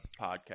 podcast